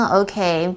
okay